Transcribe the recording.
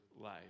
life